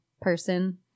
person